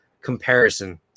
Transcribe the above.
comparison